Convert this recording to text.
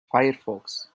firefox